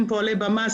ובהם פועלי במה,